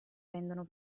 rendono